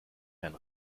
herrn